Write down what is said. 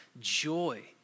joy